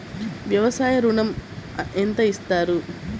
వ్యవసాయ ఋణం ఎంత ఇస్తారు?